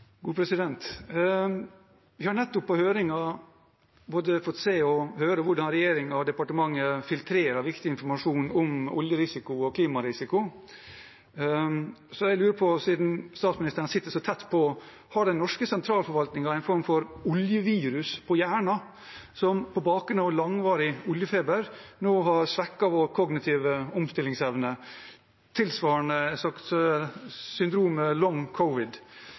Vi har nettopp, på høringen som var, fått både se og høre hvordan regjeringen og departementet filtrerer viktig informasjon om oljerisiko og klimarisiko. Jeg lurer på, siden statsministeren sitter så tett på: Har den norske sentralforvaltningen en form for oljevirus på hjernen, som på bakgrunn av langvarig oljefeber nå har svekket vår kognitive omstillingsevne, tilsvarende syndromet «long covid»,